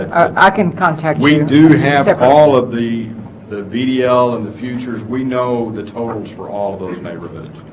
ah can contact we do have all of the the video and the futures we know the tones for all those neighborhoods